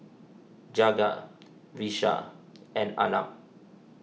Jagat Vishal and Arnab